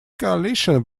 coalition